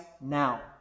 now